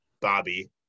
Bobby